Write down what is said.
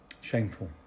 Shameful